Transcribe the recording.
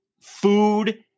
food